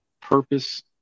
purpose